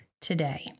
today